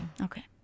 okay